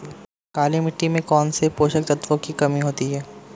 काली मिट्टी में कौनसे पोषक तत्वों की कमी होती है?